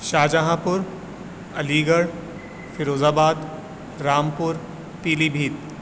شاہ جہاں پور Aligarh Firozabad Rampur پیلی بھیت